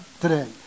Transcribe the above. today